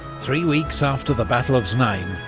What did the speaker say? three weeks after the battle of znaim,